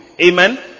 Amen